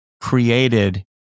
created